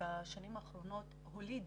בשנים האחרונות, הוליד